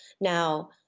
Now